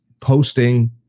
posting